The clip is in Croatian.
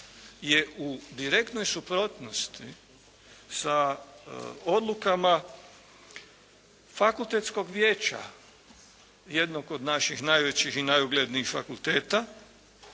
je u direktnoj suprotnosti sa odlukama fakultetskog vijeća jednog od naših najvećih i najuglednijih fakulteta